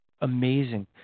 amazing